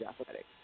athletics